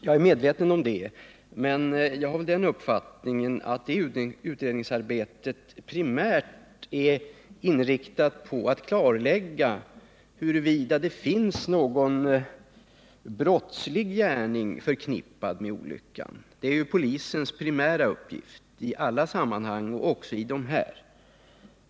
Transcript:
Jag är medveten om det, men jag har uppfattningen att det utredningsarbetet primärt är inriktat på att klarlägga huruvida det finns någon brottslig gärning förknippad med olyckan. Det är ju polisens primära uppgift i alla sammanhang, också i dessa.